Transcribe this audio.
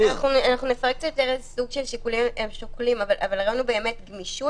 אנחנו נפרט סוג של שיקולים שהם שוקלים אבל הרעיון הוא באמת גמישות